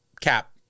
cap